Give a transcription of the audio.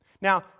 Now